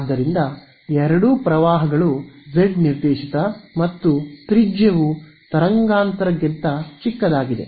ಆದ್ದರಿಂದ ಎರಡೂ ಪ್ರವಾಹಗಳು ಜೆಡ್ ನಿರ್ದೇಶಿತ ಮತ್ತು ತ್ರಿಜ್ಯವು ತರಂಗಾಂತರ ಗಿಂತ ಚಿಕ್ಕದಾಗಿದೆ